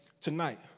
tonight